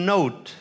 Note